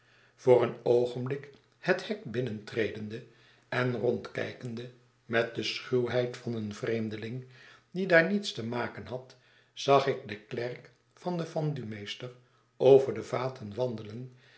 voor een oogenblik het hek binnentredende en rondkijkende met de schuwheid van een vreemdeling die daar niets te maken had zag ik den klerk van den vendumeester over de vaten wandelen